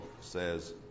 says